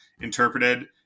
interpreted